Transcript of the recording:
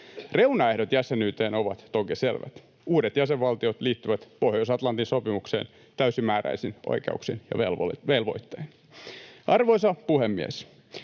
Reunaehdot jäsenyyteen ovat toki selvät: uudet jäsenvaltiot liittyvät Pohjois-Atlantin sopimukseen täysimääräisin oikeuksin ja velvoittein. Arvoisa puhemies!